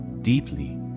deeply